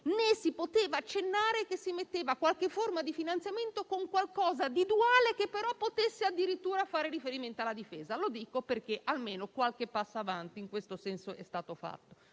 Né si poteva accennare che si inseriva qualche forma di finanziamento di tipo duale, che però potesse fare riferimento alla difesa. Lo dico perché almeno qualche passo avanti, in questo senso, è stato fatto.